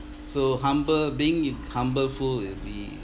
so humble being humble ful~ will be